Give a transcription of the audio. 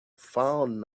found